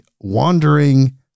wandering